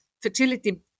fertility